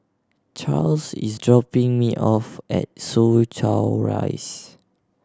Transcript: Charls is dropping me off at Soo Chow Rise